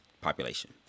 population